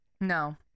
No